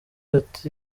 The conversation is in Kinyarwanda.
ati